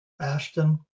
Ashton